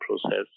process